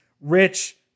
rich